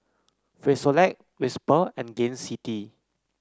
Frisolac Whisper and Gain City